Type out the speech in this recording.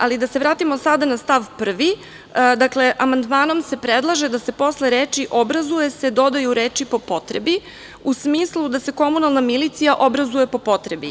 Ali, da se vratimo sada na stav 1, amandmanom se predlaže da se posle reči „obrazuje se“, dodaju reči „po potrebi“, u smislu da se komunalna milicija obrazuje po potrebi.